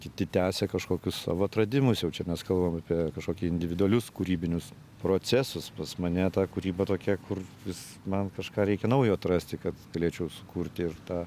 kiti tęsia kažkokius savo atradimus jau čia mes kalbam apie kažkokį individualius kūrybinius procesus pas mane ta kūryba tokia kur vis man kažką reikia naujo atrasti kad galėčiau sukurti ir ta